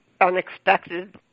unexpected